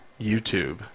YouTube